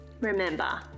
remember